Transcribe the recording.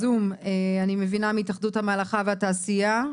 רוית גרוס, מנכ"לית התאחדות המלאכה והתעשייה.